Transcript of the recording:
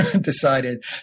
decided